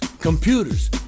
computers